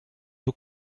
who